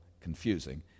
confusing